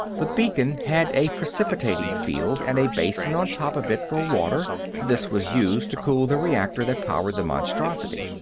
the beacon had a precipitating field and a basin on top of it for water this was used to cool the reactor that powered the monstrosity.